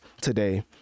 today